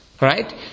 right